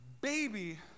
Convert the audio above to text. baby